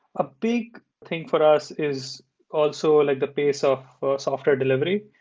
a big thing for us is also like the pace of software delivery,